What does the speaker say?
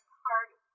party